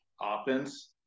offense